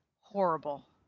horrible